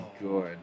good